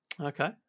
Okay